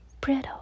brittle